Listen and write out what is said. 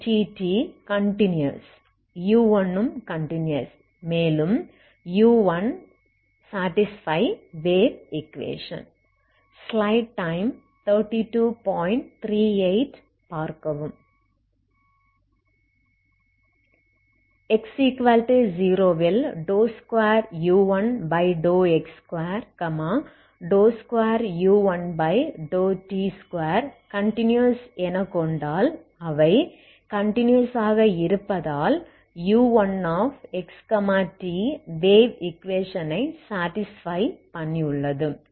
u1 ம் continuous மேலும் u1சாடிஸ்பை வேவ் ஈக்வேஷன் x0வில் 2u1x2 2u1t2கன்டினியஸ் எனக் கொண்டால் அவை கன்டினியஸ் ஆக இருப்பதால் u1xt வேவ் ஈக்வேஷனை சாடிஸ்பை பண்ணியுள்ளது